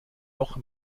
noch